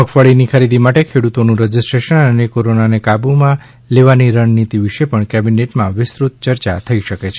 મગફળીની ખરીદી માટે ખેડૂતોનું રજીસ્ટ્રેશન અને કોરોનાને કાબૂમાં લેવાની રણનીતિ વિષે પણ કેબિનેટમાં વિસ્તૃત યર્ચા થઈ શકે છે